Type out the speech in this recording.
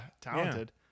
Talented